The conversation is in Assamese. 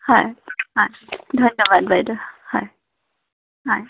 হয় হয় ধন্যবাদ বাইদেউ হয় হয়